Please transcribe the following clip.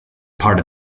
part